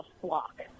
flock